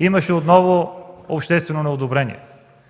Имаше отново обществено неодобрение,